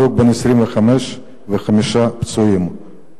הרוג בן 25 וחמישה פצועים,